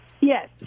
Yes